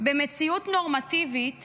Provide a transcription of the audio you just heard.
במציאות נורמטיבית